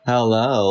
Hello